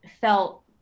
felt